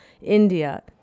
India